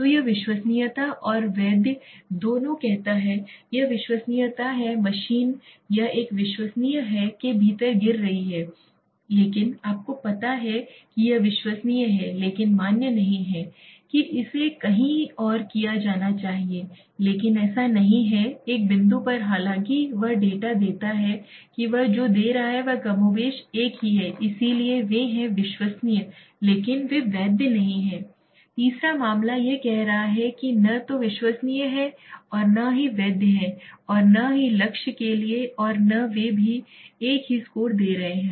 तो यह विश्वसनीय और वैध दोनों कहता है यह विश्वसनीय है मशीन यह एक विश्वसनीय है के भीतर गिर रही है लेकिन आपको पता है कि यह विश्वसनीय है लेकिन मान्य नहीं है कि इसे कहीं और किया जाना चाहिए लेकिन ऐसा नहीं है एक बिंदु पर हालांकि वह डेटा देता है कि वह जो दे रहा है वह कमोबेश एक ही है इसीलिए वे हैं विश्वसनीय लेकिन वे वैध नहीं हैं तीसरा मामला यह कह रहा है कि न तो विश्वसनीय है और न ही वैध है और न ही लक्ष्य के लिए और नहीं वे भी एक ही स्कोर दे रहे हैं